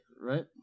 right